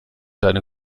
deine